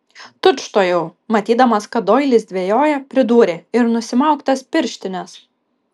tučtuojau matydamas kad doilis dvejoja pridūrė ir nusimauk tas pirštines